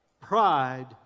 Pride